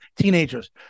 teenagers